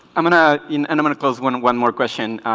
i'm gonna in and i'm gonna close one one more question